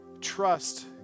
trust